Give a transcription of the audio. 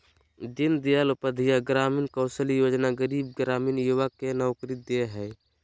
दीन दयाल उपाध्याय ग्रामीण कौशल्य योजना गरीब ग्रामीण युवा के नौकरी दे हइ